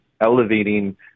elevating